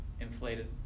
inflated